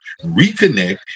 reconnect